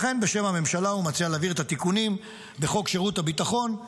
לכן בשם הממשלה הוא מציע להעביר את התיקונים בחוק שירות הביטחון,